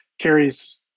carries